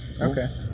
Okay